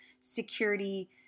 security